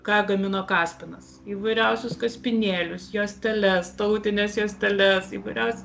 ką gamino kaspinas įvairiausius kaspinėlius juosteles tautines juosteles įvairias